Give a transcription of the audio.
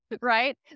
right